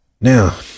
now